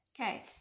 Okay